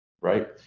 right